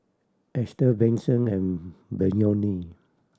Ester Benson and Beyonce